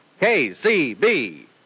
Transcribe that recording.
KCB